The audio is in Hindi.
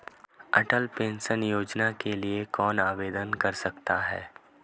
अटल पेंशन योजना के लिए कौन आवेदन कर सकता है?